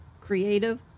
creative